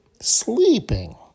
Sleeping